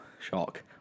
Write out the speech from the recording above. Shock